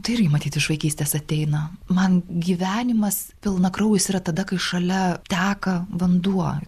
tai irgi matyt iš vaikystės ateina man gyvenimas pilnakraujis yra tada kai šalia teka vanduo